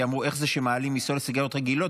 כי אמרו: איך זה שמעלים מיסים על סיגריות רגילות